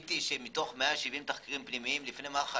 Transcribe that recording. ציפיתי שמתוך 170 תחקירים פנימיים לפני מח"ש,